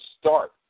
start